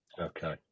Okay